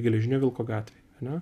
geležinio vilko gatvei ane